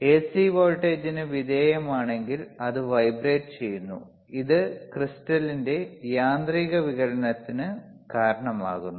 C വോൾട്ടേജിന് വിധേയമാണെങ്കിൽ അത് വൈബ്രേറ്റുചെയ്യുന്നു ഇത് ക്രിസ്റ്റലിന്റെ യാന്ത്രിക വികലത്തിന് കാരണമാകുന്നു